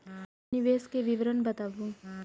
निवेश के विवरण बताबू?